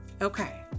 Okay